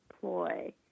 ploy